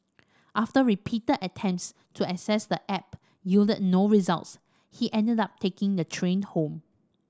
after repeated attempts to access the app yielded no results he ended up taking the train home